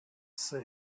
sea